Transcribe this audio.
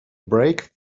brake